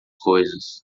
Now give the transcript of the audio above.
coisas